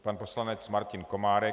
Pan poslanec Martin Komárek.